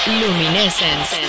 luminescence